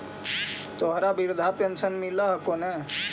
तोहरा वृद्धा पेंशन मिलहको ने?